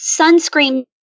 sunscreen